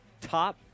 top